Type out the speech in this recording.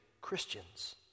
Christians